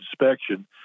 inspection